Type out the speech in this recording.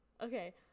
okay